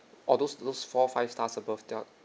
all those those four five stars above they're